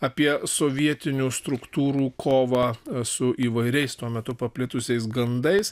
apie sovietinių struktūrų kovą su įvairiais tuo metu paplitusiais gandais